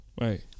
Right